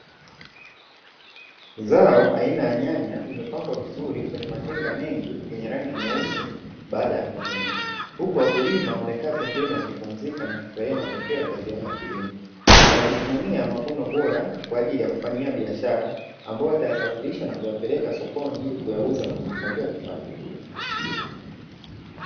Zao aina ya nyanya zimepangwa vizuri kwenye matenga mengi yenye rangi nyeusi baada ya kuvunwa, huku wakulima wamekaa pembeni wakipumzika wakifurahia matokeo ya kazi yao ya kilimo, wanajivunia mavuno bora kwa ajili ya kufanyia biashara ambayo watayasafirisha na kuyapeleka sokoni ili kuyauza na kujipatia kipato.